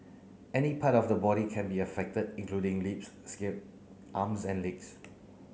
any part of the body can be affected including lips scalp arms and legs